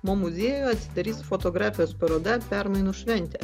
mo muziejuje atsidarys fotografijos paroda permainų šventė